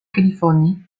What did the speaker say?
californie